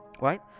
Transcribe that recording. right